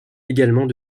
également